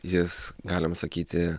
jis galima sakyti